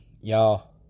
y'all